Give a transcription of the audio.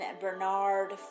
Bernard